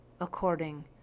according